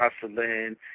hustling